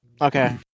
Okay